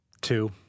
two